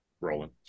rolling